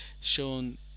shown